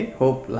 hope